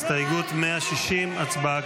הסתייגות 160 לא נתקבלה.